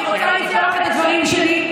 אני רוצה לפתוח את הדברים שלי,